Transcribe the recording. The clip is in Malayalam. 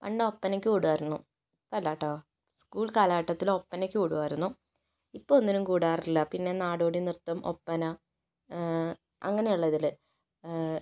അന്ന് ഒപ്പനക്ക് വിടുമായിരുന്നു ഇപ്പം അല്ല കേട്ടോ സ്കൂൾ കാലഘട്ടത്തിൽ ഒപ്പനക്ക് വിടുമായിരുന്നു ഇപ്പം ഒന്നിനും കൂടാറില്ല പിന്നെ നാടോടി നൃത്തം ഒപ്പന അങ്ങനെ ഉള്ള ഇതിൽ